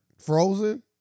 Frozen